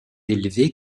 élevé